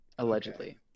Allegedly